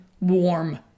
warm